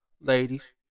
Ladies